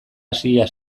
hasia